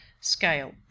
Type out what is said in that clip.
scale